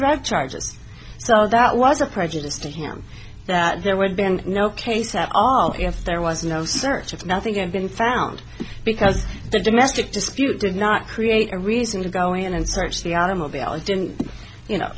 dr charges so that was a prejudice to him that there would been no case at all if there was no search if nothing had been found because the domestic dispute did not create a reason to go in and search the automobile or didn't you know